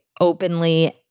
openly